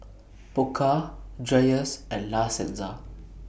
Pokka Dreyers and La Senza